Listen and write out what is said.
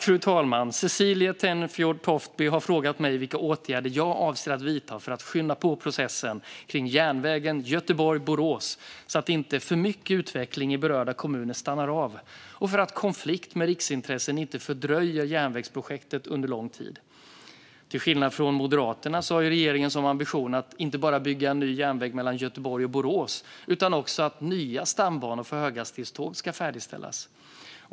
Fru talman! Cecilie Tenfjord Toftby har frågat mig vilka åtgärder jag avser att vidta för att skynda på processen kring järnvägen Göteborg-Borås så att inte för mycket utveckling i berörda kommuner stannar av och för att konflikt med riksintressen inte ska fördröja järnvägsprojektet under lång tid. Till skillnad från Moderaterna har regeringen som ambition inte bara att bygga en ny järnväg mellan Göteborg och Borås utan också att nya stambanor för höghastighetståg ska färdigställas.